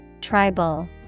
Tribal